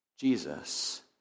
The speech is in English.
Jesus